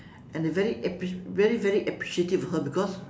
and I very ap~ very very appreciative of her because